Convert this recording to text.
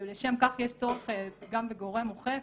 לשם כך יש צורך גם בגורם אוכף,